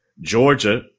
Georgia